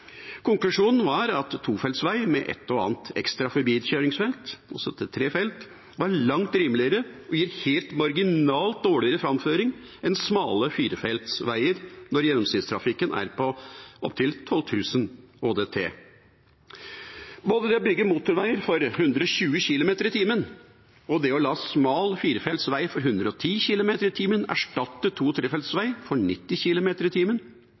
Konklusjonen var at tofeltsvei med et og annet ekstra forbikjøringsfelt, også til tre felt, var langt rimeligere og gir helt marginalt dårligere framføring enn smale firefelts veier når gjennomsnittstrafikken er på opptil 12 000 ÅDT. Både det å bygge motorveier for 120 km/t og det å la smal firefeltsvei for 110 km/t erstatte to- og trefeltsvei for 90 km/t